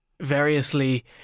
variously